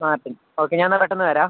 ആ ഓക്കെ ഞാന് എന്നാല് പെട്ടെന്ന് വരാം